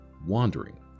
Wandering